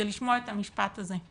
זה היה לשמוע את המשפט הזה.